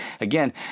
Again